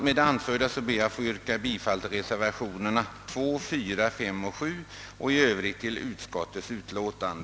Med det anförda ber jag att få yrka bifall till reservationerna nr 2, 4, 5 och 7 och i övrigt till utskottets förslag.